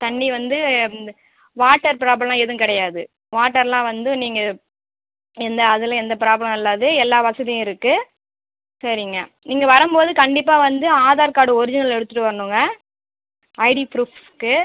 தண்ணி வந்து வாட்டர் ப்ராப்லம்லாம் எதுவும் கிடையாது வாட்டர்லாம் வந்து நீங்கள் எந்த அதில் எந்த ப்ராபலமும் இருக்காது எல்லா வசதியும் இருக்கு சரிங்க நீங்கள் வரும்போது கண்டிப்பாக வந்து ஆதார் கார்டு ஒரிஜினல் எடுத்துகிட்டு வரணும்ங்க ஐடி ப்ரூஃவ்க்கு